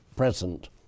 present